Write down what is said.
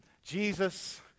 Jesus